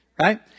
right